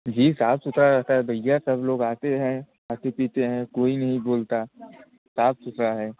जी साफ सुथरा रहता है भईया सब लोग आते है खाते पीते है कोई नहीं बोलता साफ सुथरा है